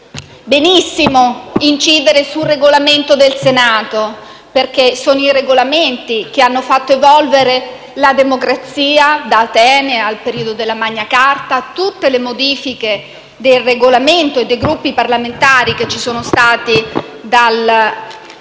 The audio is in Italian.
benissimo incidere sul Regolamento del Senato, perché sono i Regolamenti che hanno fatto evolvere la democrazia, da Atene al periodo della Magna Charta, a tutte le modifiche del Regolamento e dei Gruppi parlamentari che ci sono state dall'inizio